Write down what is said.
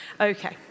okay